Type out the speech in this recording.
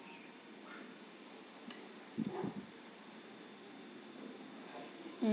mm